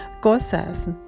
Cosas